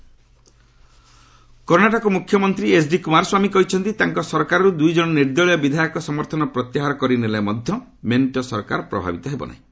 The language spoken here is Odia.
କର୍ଣ୍ଣାଟକ କର୍ଷ୍ଣାଟକ ମୁଖ୍ୟମନ୍ତ୍ରୀ ଏଚ୍ଡି କୁମାର ସ୍ୱାମୀ କହିଛନ୍ତି ତାଙ୍କ ସରକାରର୍ତ୍ତ ଦୂଇ ଜଣ ନିର୍ଦ୍ଦଳୀୟ ବିଧାୟକ ସମର୍ଥନ ପ୍ରତ୍ୟାହାର କରି ନେଲେ ମଧ୍ୟ ମେଣ୍ଟ ସରକାର ପ୍ରଭାବିତ ହେବ ନାହିଁ